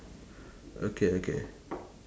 okay okay